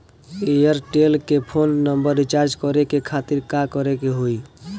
Airtel के phone number recharge करे के खातिर का करे के होई?